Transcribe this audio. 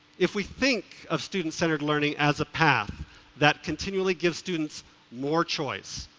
if we think of student centered learning as a path that continually gives students more choice,